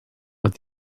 what